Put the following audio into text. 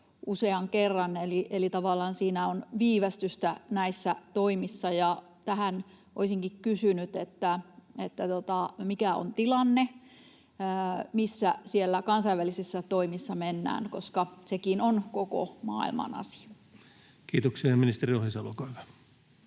tavallaan siinä on viivästystä näissä toimissa. Tähän liittyen olisinkin kysynyt, mikä on tilanne, missä siellä kansainvälisissä toimissa mennään, koska sekin on koko maailman asia. Kiitoksia. — Ministeri Ohisalo, olkaa